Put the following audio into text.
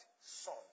son